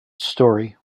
story